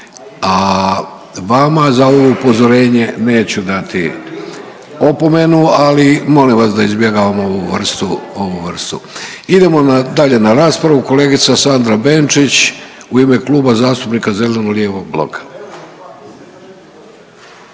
a vama za ovo upozorenje neću dati opomenu, ali molim vas da izbjegavamo ovu vrstu, ovu vrstu. Idemo na, dalje na raspravu kolegica Sandra Bečić u ime Kluba zastupnika zeleno-lijevog bloka.